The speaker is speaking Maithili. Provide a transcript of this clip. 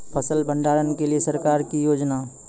फसल भंडारण के लिए सरकार की योजना?